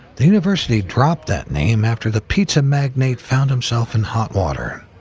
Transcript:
the university dropped that name after the pizza magnate found himself in hot water.